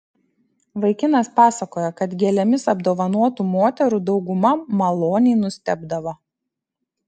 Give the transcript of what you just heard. vaikinas pasakojo kad gėlėmis apdovanotų moterų dauguma maloniai nustebdavo